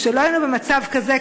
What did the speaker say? כשלא היינו במצב כזה,